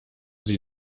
sie